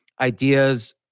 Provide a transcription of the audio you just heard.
ideas